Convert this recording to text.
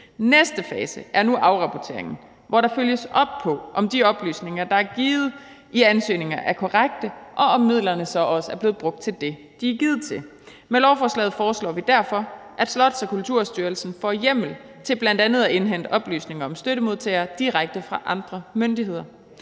Næste fase er nu afrapporteringen, hvor der følges op på, om de oplysninger, der er givet i ansøgninger, er korrekte, og om midlerne så også er blevet brugt til det, de er givet til. Med lovforslaget foreslår vi derfor, at Slots- og Kulturstyrelsen får hjemmet til bl.a. at indhente oplysninger om støttemodtagere direkte fra andre myndigheder.